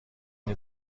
این